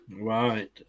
Right